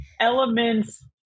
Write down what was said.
elements